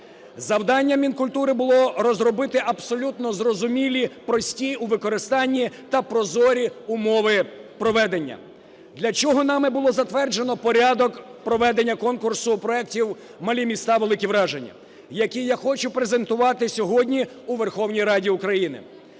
Завданням Мінкультури було розробити абсолютно зрозумілі, прості у використанні та прозорі умови проведення. Для чого нами було затверджено порядок проведення конкурсу проектів "Малі міста – великі враження", які я хочу презентувати сьогодні у Верховній Раді України?